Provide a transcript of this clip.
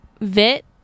Vit